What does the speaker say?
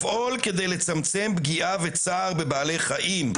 יש לפעול כדי לצמצם פגיעה וצער בבעלי חיים.